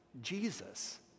Jesus